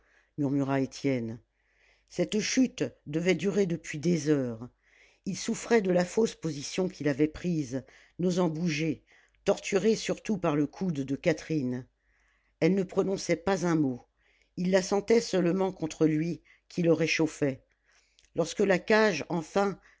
murmura étienne cette chute devait durer depuis des heures il souffrait de la fausse position qu'il avait prise n'osant bouger torturé surtout par le coude de catherine elle ne prononçait pas un mot il la sentait seulement contre lui qui le réchauffait lorsque la cage enfin